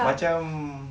macam